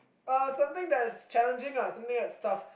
uh something that is challenging lah something that is tough